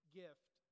gift